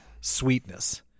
sweetness